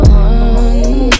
one